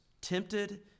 tempted